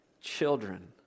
children